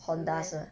是 meh